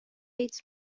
ایدز